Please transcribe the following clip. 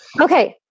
okay